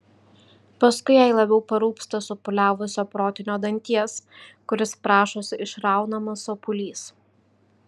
paskui jai labiau parūpsta supūliavusio protinio danties kuris prašosi išraunamas sopulys